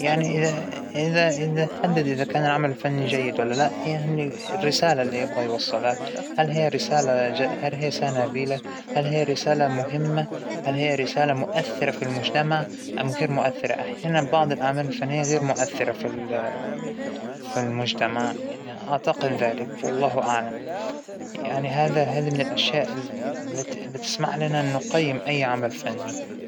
ترى كل جيل وعنده مقومات السعادة الخاصة فيه، من خمسين عام أعتقد أنه كان عنهم الألعاب والأشياء الخاصة فيهم اللى كانت خلتهم سعداء يعنى، والحين الأطفال عندهم الألعاب والأشياء الخاصة فيهم، والأبتكارات الخاصة فيهم اللى بنفس الوقت هم سعداء فيها.